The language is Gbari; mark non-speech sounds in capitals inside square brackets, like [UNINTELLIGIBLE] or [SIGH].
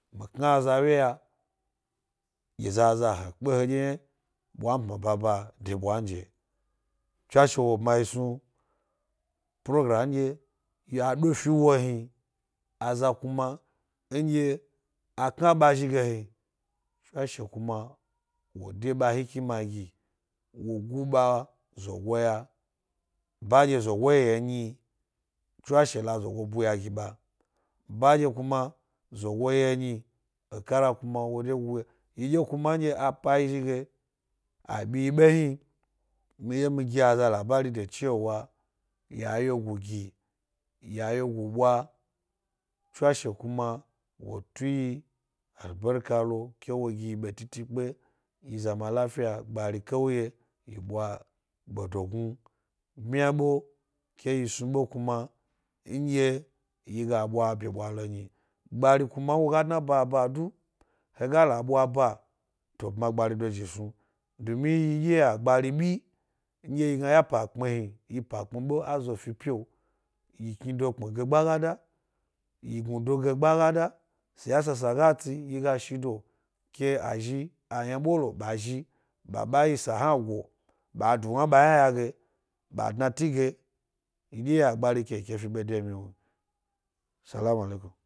Mi kna aza wye ya gi zaza wye ya zaza he pke hedye ɓwamppmi baba de ɓwanje. Tswashe wo bma yi snu program nɗye ya do fi wo hni, twashe kuma wo de ba hikima gi, gu ba zogo y aba nɗye zogo ye nyi tswashe la zogo guy a gib a. ba kuma zogo ye myi, he kara kuma [UNINTELLIGIBLE] yidye kuma ndye a pa yi zhi ge a byidye kuma nɗye mi gi aza labari da cewa ya wye gu gi ya wyegu ɓwatswashe kuma wo tu yi albarka lo ke wgi yi ɓe titipke, zama lafiya, gbari kawye yi ɓwa gbedognnu bmya e ke yi snu ɓe kuma nɗye yi gaɓwa byeɓwalo nyi gbari kuma wo ga dna baba du, woga la ɓwa ba wo bma gbari dozhi snu, domi yiɗye ya gban bi nɗye yi gna ya pa pmi hni, yi pa pmi be a zo fi pio yi knido kpmi ge gbaga da, da yi mu do ge gbagada, siyasa saga tsi yi ga shi do ke a zhi, aynaɓo lo ɓa zhi ɓa-ɓa y isa hna go ɓa du wna ɓa yna yna y age, ba dna tige yidye ya gbari ke yi ke fi ɓe de miwnuyi. Salamu’ alekun.